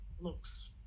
looks